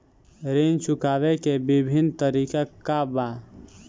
ऋण चुकावे के विभिन्न तरीका का बा?